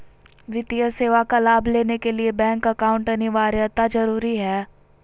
वित्तीय सेवा का लाभ लेने के लिए बैंक अकाउंट अनिवार्यता जरूरी है?